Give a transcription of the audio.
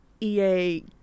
EA